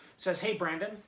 says, hey, brandon,